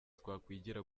twakwigira